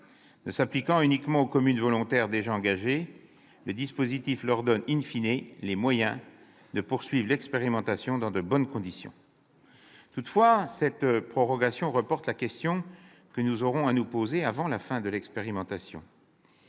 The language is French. S'appliquant uniquement aux communes volontaires déjà engagées, cette prolongation leur donnera,, les moyens de poursuivre l'expérimentation dans de bonnes conditions. Toutefois, cette prorogation reporte la question que nous aurons à nous poser avant la fin de l'expérimentation